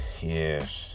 Yes